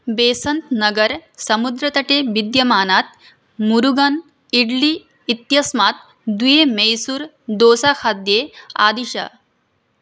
बेसन्त् नगर् समुद्रतटे विद्यमानात् मुरुगन् इड्ली इत्यस्मात् द्वि मैसूर् दोसाखाद्ये आदिश